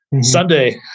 Sunday